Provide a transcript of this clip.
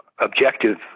objective